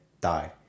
die